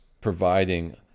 providing